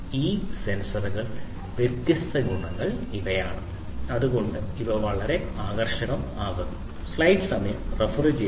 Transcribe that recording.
ഈ ബുദ്ധിമാനായ സെൻസറുകളുടെ വ്യത്യസ്ത ഗുണങ്ങൾ ഇവയാണ് അതുകൊണ്ടാണ് ഇവ വളരെ ആകർഷകമാകുന്നത്